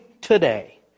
today